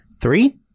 Three